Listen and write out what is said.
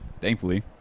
Thankfully